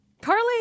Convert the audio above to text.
Carly